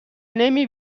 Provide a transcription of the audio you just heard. نمی